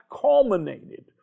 culminated